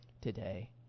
today